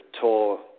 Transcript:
tour